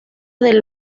del